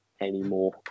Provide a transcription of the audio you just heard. anymore